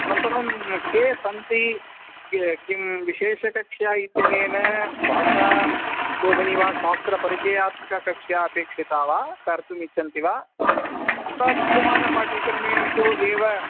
अनन्तरं के सन्ति के किं विशेषकक्षा इत्यनेन भाषाबोधनी वा शास्त्रपरिचयात्मिकी कक्षा अपेक्षिता वा कर्तुमिच्छन्ति अथवा विद्यमानपाठ्यक्रमेषु एव